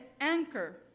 anchor